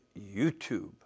YouTube